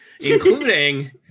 Including